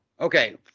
Okay